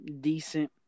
decent